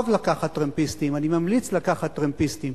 טוב לקחת טרמפיסטים, אני ממליץ לקחת טרמפיסטים,